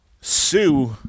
sue